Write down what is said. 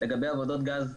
לגבי עבודות גז,